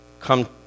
come